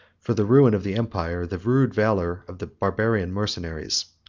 for the ruin of the empire, the rude valor of the barbarian mercenaries.